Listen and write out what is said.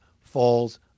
falls